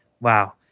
Wow